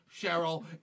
Cheryl